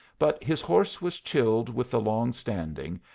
but his horse was chilled with the long standing,